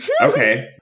Okay